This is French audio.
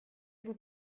vous